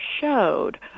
showed